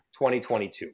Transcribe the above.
2022